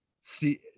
see